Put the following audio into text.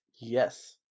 Yes